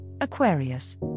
Aquarius